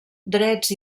drets